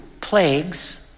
plagues